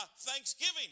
Thanksgiving